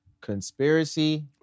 conspiracy